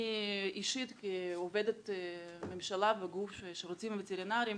אני אישית כעובדת ממשלה בשירותים הווטרינריים